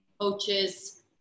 coaches